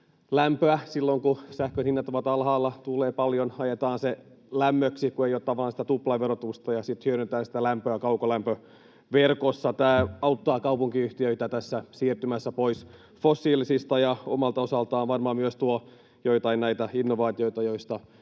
silloin, kun sähkön hinnat ovat alhaalla, tuulee paljon. Ajetaan se lämmöksi, kun ei ole tavallaan sitä tuplaverotusta, ja sitten hyödynnetään sitä lämpöä kaukolämpöverkossa. Tämä auttaa kaupunkiyhtiöitä tässä siirtymässä pois fossiilisista ja omalta osaltaan varmaan myös tuo joitain näitä innovaatioita,